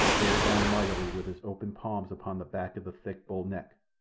bear down mightily with his open palms upon the back of the thick bullneck,